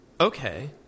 Okay